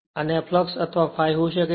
અને ફ્લક્સ અથવા ∅ આ હોઈ શકે છે